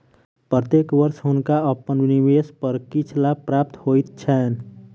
प्रत्येक वर्ष हुनका अपन निवेश पर किछ लाभ प्राप्त होइत छैन